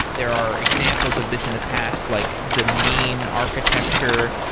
there are examples of this in the past, like the mean architecture,